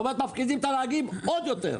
כלומר מפקירים את הנהגים עוד יותר.